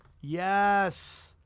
Yes